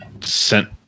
sent